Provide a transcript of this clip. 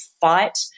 fight